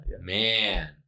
Man